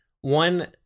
one